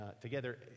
together